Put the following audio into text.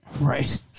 Right